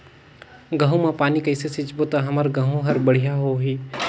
गहूं म पानी कइसे सिंचबो ता हमर गहूं हर बढ़िया होही?